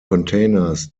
containers